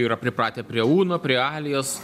yra pripratę prie uno prie alias